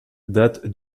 date